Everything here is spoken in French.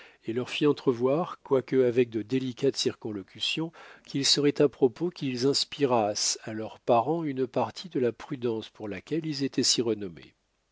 et leur fit entrevoir quoique avec de délicates circonlocutions qu'il serait à propos qu'ils inspirassent à leur parent une partie de la prudence pour laquelle ils étaient si renommés